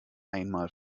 einmal